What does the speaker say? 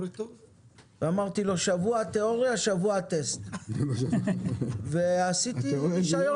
אמרתי לו שבוע תיאוריה שבוע טסט ועשיתי רישיון